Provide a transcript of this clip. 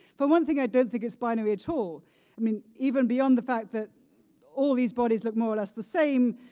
for one thing, i don't think it's binary at all. i mean even beyond the fact that all these bodies look more or less the same,